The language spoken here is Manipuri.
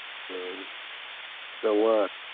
ꯑꯥ ꯆꯥꯝꯃꯉꯥ